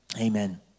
Amen